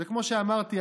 כמו שאמרתי,